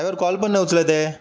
driver call पण नाही उचलत आहे